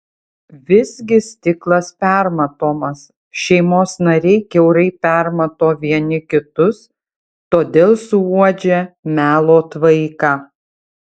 visgi stiklas permatomas šeimos nariai kiaurai permato vieni kitus todėl suuodžia melo tvaiką